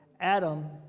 Adam